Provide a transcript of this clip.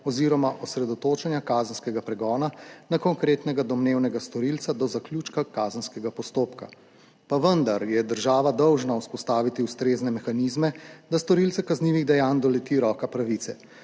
oziroma osredotočenja kazenskega pregona na konkretnega domnevnega storilca do zaključka kazenskega postopka. Pa vendar je država dolžna vzpostaviti ustrezne mehanizme, da storilce kaznivih dejanj doleti roka pravice.